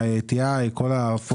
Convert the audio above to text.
ATI וכולי.